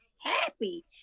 happy